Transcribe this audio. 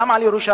גם על ירושלים,